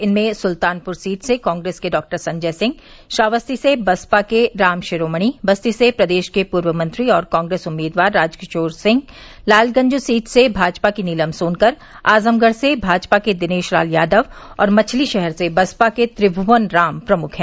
इनमें सुल्तानपुर सीट से कांग्रेस के डॉ संजय सिंह श्रावस्ती से बसपा के राम शिरोमणि बस्ती से प्रदेश के पूर्व मंत्री व कांग्रेस उम्मीदवार राजकिशोर सिंह लालगंज सीट से भाजपा की नीलम सोनकर आजमगढ़ से भाजपा के दिनेश लाल यादव और मछलीशहर से बसपा के त्रिमुवन राम प्रमुख हैं